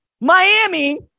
Miami